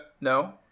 no